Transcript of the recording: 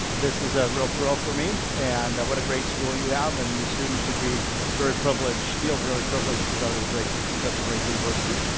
this is a real thrill for me and what a great school you have, and you students should be very privileged. i feel very privileged to go to the greats, in such a great university.